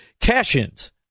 cash-ins